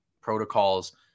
protocols